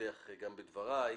פותח בדבריי.